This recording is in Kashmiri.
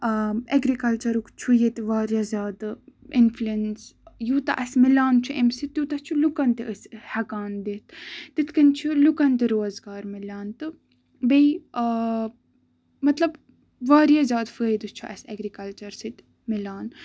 اٮ۪گرِکَلچَرُک چھُ ییٚتہِ واریاہ زیادٕ اِنفٕلنس یوٗتاہ اَسہِ مِلان چھُ تیوٗتاہ چھُ لوٗکن تہِ أسۍ ہٮ۪کان دِتھ تِتھ کٔنۍ چھُ لُکن تہِ روزگار مِلان تہٕ بیٚیہِ آ مطلب واریاہ زیادٕ فٲیدٕ چھُ اَسہِ اٮ۪گرِکَلچر سۭتۍ مِلان